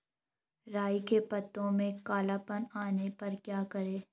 राई के पत्तों में काला पन आने पर क्या करें?